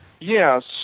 Yes